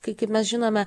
kai kaip mes žinome